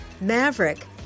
Maverick